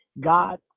God